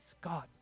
God